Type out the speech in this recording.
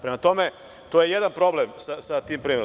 Prema tome, to je jedan problem sa tim primerom.